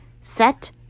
set